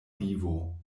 vivo